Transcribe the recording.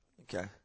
Okay